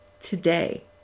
today